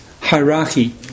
hierarchy